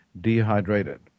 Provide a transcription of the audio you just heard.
dehydrated